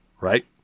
right